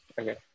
okay